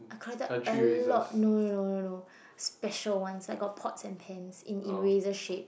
I collected a lot no no no no no special one I got pork and paint in eraser shape